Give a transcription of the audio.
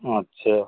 अच्छा